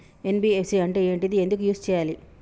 NBFC అంటే ఏంటిది ఎందుకు యూజ్ చేయాలి?